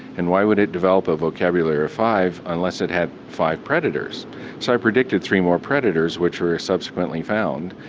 and why would it develop a vocabulary of five unless it had five predators so i predicted three more predators, which were subsequently found.